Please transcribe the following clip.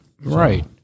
Right